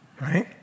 Right